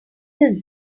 this